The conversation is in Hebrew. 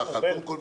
קודם כל,